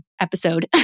episode